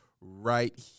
right